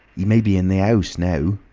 he may be in the house now!